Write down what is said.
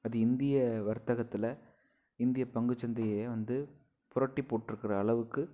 அது இந்திய வர்த்தகத்தில் இந்திய பங்குச்சந்தையையே வந்து புரட்டி போட்டிருக்குற அளவுக்கு